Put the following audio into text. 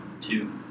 Two